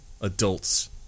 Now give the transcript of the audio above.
adults